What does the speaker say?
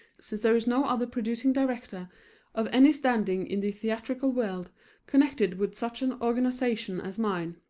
since there is no other producing director of any standing in the theatrical world connected with such an organization as mine.